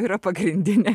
yra pagrindinė